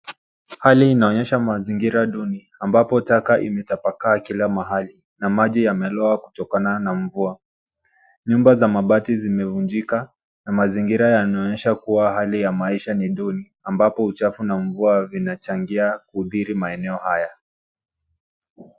Hali inaonyesha mazingira duni ambapo taka imetapakaa kila mahali na maji yameloa kutokana na mvua. Nyumba za mabati zimevunjika na mazingira yanaonyesha kuwa hali ya maisha ni duni ambapo uchafu na mvua vinachangia kudhiri maeneo haya.